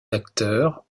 acteurs